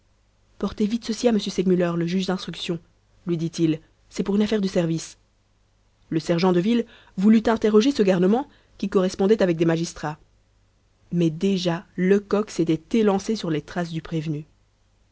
portez vite ceci à m segmuller le juge d'instruction lui dit-il c'est pour une affaire de service le sergent de ville voulut interroger ce garnement qui correspondait avec des magistrats mais déjà lecoq s'était élancé sur les traces du prévenu